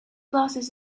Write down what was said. glasses